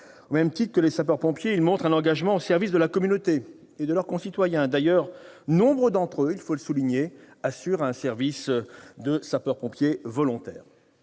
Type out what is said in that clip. Au même titre que les sapeurs-pompiers, ils montrent un engagement au service de la communauté et de leurs concitoyens. D'ailleurs, il faut le souligner, nombre d'entre eux assurent un service de sapeur-pompier volontaire.